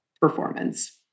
performance